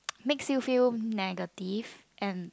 makes you feel negative and